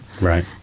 Right